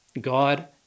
God